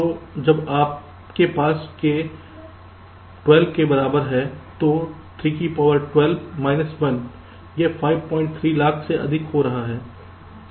तो जब आपके पास k 12 के बराबर है तो 312 1 यह 53 लाख से अधिक हो रहा है